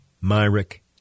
Myrick